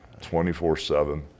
24-7